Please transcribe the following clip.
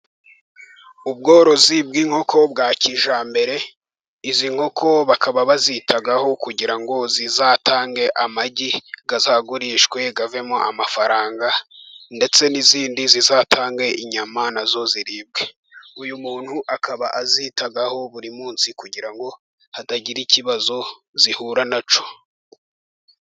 Ubworozi bw'inkoko bwa kijyambere, izi nkoko bakaba bazitaho kugira ngo zizatange amagi azagurishwe avemo amafaranga, ndetse n'izindi zizatange inyama na zo ziribwe, uyu muntu akaba azitaho buri munsi kugira ngo hatagira ikibazo zihura na cyo.